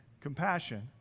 compassion